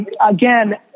Again